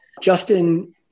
Justin